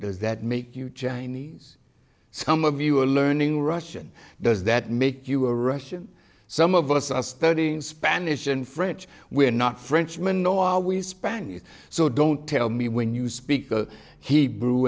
those that make you chinese some of you are learning russian does that make you a russian some of us are studying spanish and french we're not frenchmen nor are we spanish so don't tell me when you speak hebrew